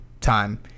time